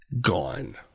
gone